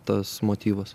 tas motyvas